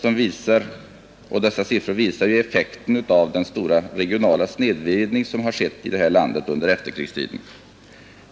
De visar effekterna av den stora regionala snedvridning som skett här i landet under efterkrigstiden.